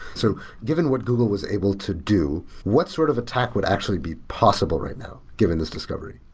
so given what google was able to do, what sort of attack would actually be possible right now given this discovery?